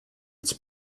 its